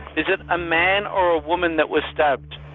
is it a man or a woman that was stabbed?